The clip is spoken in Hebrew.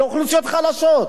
לאוכלוסיות חלשות,